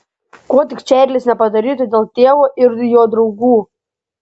ko tik čarlis nepadarytų dėl tėvo ir jo draugų